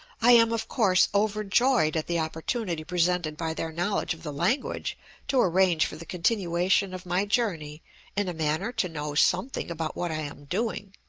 i am, of course, overjoyed at the opportunity presented by their knowledge of the language to arrange for the continuation of my journey in a manner to know something about what i am doing.